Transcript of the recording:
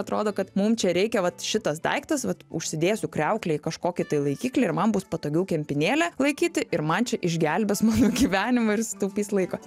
atrodo kad mum čia reikia vat šitas daiktas vat užsidėsiu kriauklėj kažkokį tai laikiklį ir man bus patogiau kempinėlę laikyti ir man čia išgelbės mano gyvenimą ir sutaupys laiko